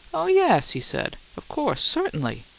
oh, yes, he said. of course certainly.